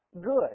Good